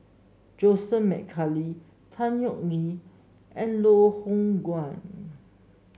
Joseph McNally Tan Yeok Nee and Loh Hoong Kwan